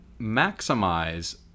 maximize